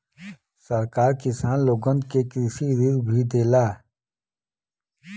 सरकार किसान लोगन के कृषि ऋण भी देला